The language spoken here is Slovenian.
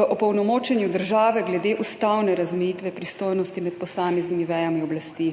v opolnomočenju države glede ustavne razmejitve pristojnosti med posameznimi vejami oblasti,